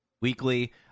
Weekly